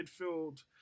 midfield